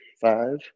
Five